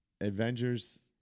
Avengers